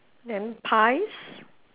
then pies